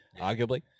arguably